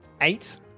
Eight